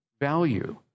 value